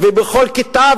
בכל כיתה,